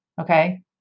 okay